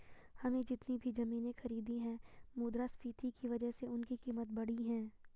हमने जितनी भी जमीनें खरीदी हैं मुद्रास्फीति की वजह से उनकी कीमत बढ़ी है